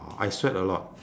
ah I sweat a lot